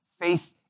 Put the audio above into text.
faith